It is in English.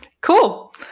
Cool